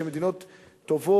שהן מדינות טובות,